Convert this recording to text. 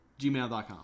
gmail.com